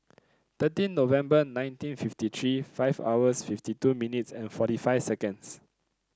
thirteen November nineteen fifty three five hours fifty two minutes and forty five seconds